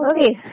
Okay